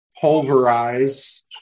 pulverize